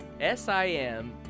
S-I-M